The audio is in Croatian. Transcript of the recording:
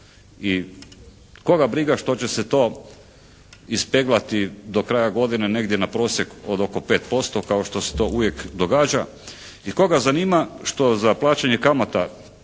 i koga briga što će se to ispleglati do kraja godine negdje na prosjek od oko 5% kao što se to uvijek događa i koga zanima što za plaćanje kamate